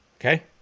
Okay